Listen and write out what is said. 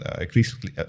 increasingly